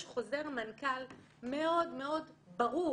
יש חוזר מנכ"ל מאוד ברור